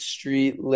Street